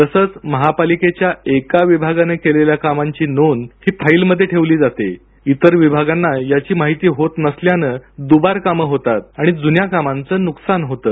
तसंच महापालिकेच्या एका विभागानं केलेल्या कामाची नोंद ही फाईल मध्ये ठेवली जाते इतर विभागांना याची माहिती होत नसल्यानं दुबार कामं होतात आणि जून्या कामाचं नुकसान होतं